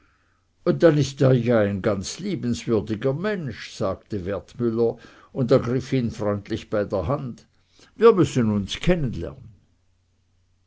haupt dann ist er ja ein ganz liebenswürdiger mensch sagte wertmüller und ergriff ihn freundlich bei der hand wir müssen uns kennenlernen